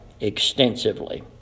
extensively